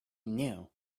knew